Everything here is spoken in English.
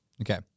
okay